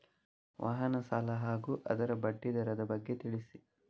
ವಾಹನ ಸಾಲ ಹಾಗೂ ಅದರ ಬಡ್ಡಿ ದರದ ಬಗ್ಗೆ ತಿಳಿಸಿ?